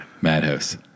madhouse